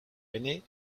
aîné